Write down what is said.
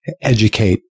educate